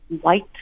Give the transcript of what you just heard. white